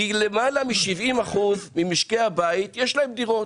כי למעלה מ-70% ממשקי הבית יש להם דירות.